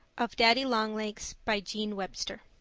of daddy-long-legs, by jean webster